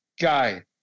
guy